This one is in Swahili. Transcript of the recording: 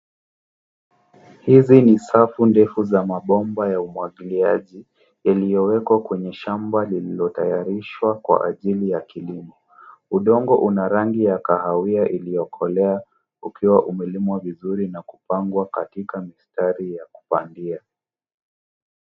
Hizi ni safu ndefu za mabomba ya umwagiliaji iliyowekwa kwenye shamba lililotayarishwa kwa ajili ya kilimo. Udongo una rangi ya kahawia iliyokolea ukiwa umelimwa vizuri na kupangwa katika mistari ya kupandia.